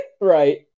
Right